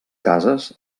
cases